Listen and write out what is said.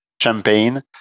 champagne